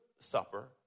supper